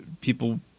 people